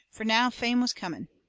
fur now fame was coming.